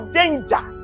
danger